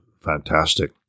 fantastic